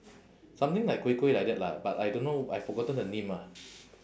something like kueh kueh like that lah but I don't know I forgotten the name ah